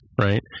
Right